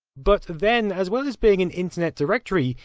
but then, as well as being an internet directory,